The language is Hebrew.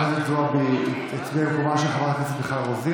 אני רושם שחברת הכנסת זועבי הצביעה ממקומה של חברת הכנסת רוזין.